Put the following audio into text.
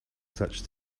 such